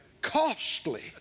costly